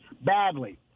badly